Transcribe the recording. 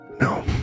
No